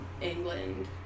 England